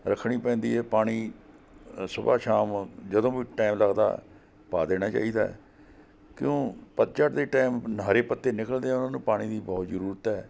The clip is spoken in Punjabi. ਰੱਖਣੀ ਪੈਂਦੀ ਹੈ ਪਾਣੀ ਅ ਸੁਬਹਾ ਸ਼ਾਮ ਜਦੋਂ ਵੀ ਟਾਈਮ ਲੱਗਦਾ ਪਾ ਦੇਣਾ ਚਾਹੀਦਾ ਕਿਉਂ ਪੱਤਝੜ ਦੇ ਟਾਈਮ ਹਰੇ ਪੱਤੇ ਨਿਕਲਦੇ ਆ ਉਹਨਾਂ ਨੂੰ ਪਾਣੀ ਦੀ ਬਹੁਤ ਜ਼ਰੂਰਤ ਹੈ